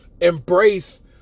Embrace